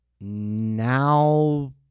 now